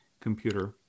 computer